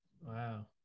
Wow